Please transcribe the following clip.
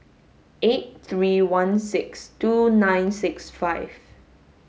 eight three one six two nine six five